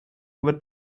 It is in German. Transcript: wird